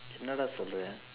என்னடா சொல்லுறே:ennadaa solluree